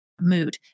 mood